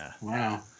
Wow